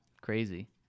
Crazy